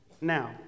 Now